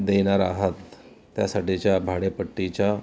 देणार आहात त्यासाठीच्या भाडेपट्टीच्या